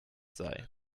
sei